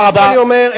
אני אומר,